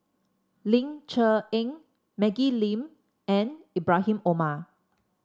Ling Cher Eng Maggie Lim and Ibrahim Omar